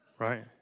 Right